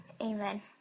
Amen